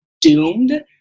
doomed